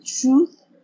truth